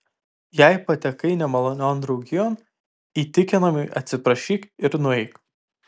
jei patekai nemalonion draugijon įtikinamai atsiprašyk ir nueik